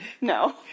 No